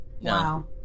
wow